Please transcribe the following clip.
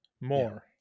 more